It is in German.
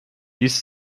dies